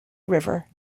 river